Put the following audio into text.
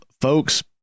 folks